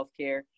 healthcare